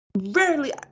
Rarely